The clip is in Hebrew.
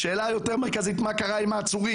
אבל השאלה המרכזית היא מה קרה עם העצורים.